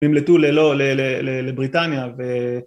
נמלטו ללא לבריטניה ו...